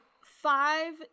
Five